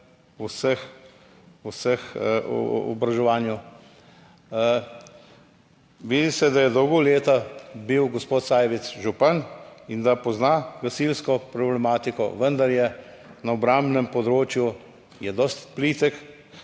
vsega v oboroževanju. Vidi se, da je dolga leta bil gospod Sajovic župan in da pozna gasilsko problematiko, vendar je na obrambnem področju dosti plitek;